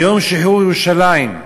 ביום שחרור ירושלים,